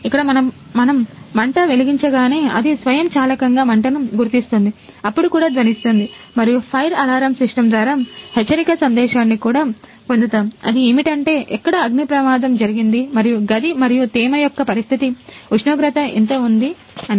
ఇక్కడ మనం మంట వెలిగించగానే అది స్వయంచాలకంగా మంటను గుర్తిస్తుంది అప్పుడు కూడా ధ్వనిస్తుంది మరియు ఫైర్ అలారం సిస్టమ్ ద్వారా హెచ్చరిక సందేశాన్ని కూడా పొందుతాం అది ఏమిటంటే ఎక్కడ అగ్ని ప్రమాదం జరిగింది మరియు గది మరియు తేమ యొక్క పరిస్థితి ఉష్ణోగ్రత ఎంత ఉంది అని